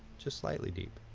just slightly deep.